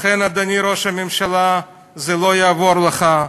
לכן, אדוני ראש הממשלה, זה לא יעבור לך,